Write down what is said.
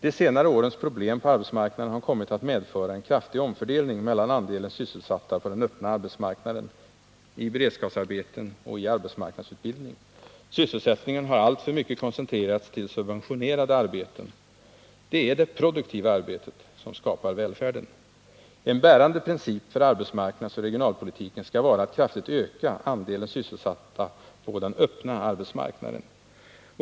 De senare årens problem på arbetsmarknaden har kommit att medföra en kraftig omfördelning mellan andelen sysselsatta på den öppna arbetsmarknaden, i beredskapsarbeten och i arbetsmarknadsutbildning. Sysselsättningen har alltför mycket koncentrerats till subventionerade arbeten. Det är det produktiva arbetet som skapar välfärden. En bärande princip för arbetsmarknadsoch regionalpolitiken skall vara att kraftigt öka andelen sysselsatta på den öppna arbetsmarknaden.